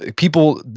people,